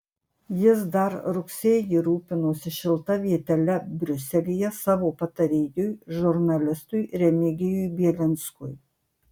jis dar rugsėjį rūpinosi šilta vietele briuselyje savo patarėjui žurnalistui remigijui bielinskui